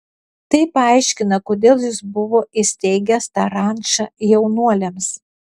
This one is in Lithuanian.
tai paaiškina kodėl jis buvo įsteigęs tą rančą jaunuoliams